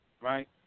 right